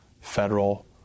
federal